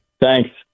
Thanks